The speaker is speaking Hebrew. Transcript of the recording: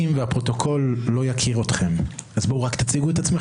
מבקש להציג את עצמכם.